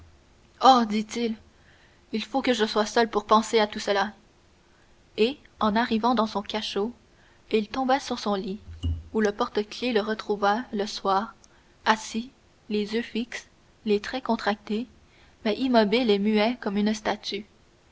dit-il il faut que je sois seul pour penser à tout cela et en arrivant dans son cachot il tomba sur son lit où le porte-clefs le retrouva le soir assis les yeux fixes les traits contractés mais immobile et muet comme une statue